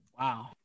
Wow